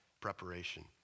preparation